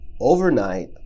overnight